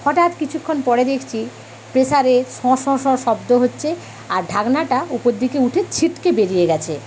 হঠাৎ কিছুক্ষন পরে দেখছি প্রেসারে স স স শব্দ হচ্ছে আর ঢাকনাটা ওপর দিকে উঠে ছিটকে বেরিয়ে গেছে